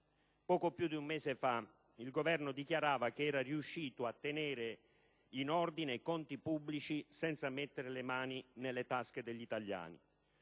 Poco più di un mese fa il Governo dichiarava che era riuscito a tenere in ordine i conti pubblici senza mettere le mani nelle tasche degli italiani.